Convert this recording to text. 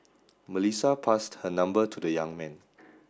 Melissa passed her number to the young man